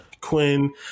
Quinn